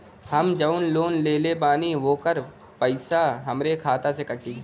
हम जवन लोन लेले बानी होकर पैसा हमरे खाते से कटी?